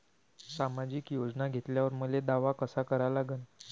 सामाजिक योजना घेतल्यावर मले दावा कसा करा लागन?